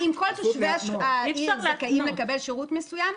אם כל תושבי העיר זכאים לקבל שירות מסוים,